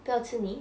不要吃你